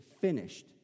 finished